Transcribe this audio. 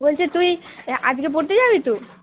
বলছি তুই আজকে পড়তে যাবি তো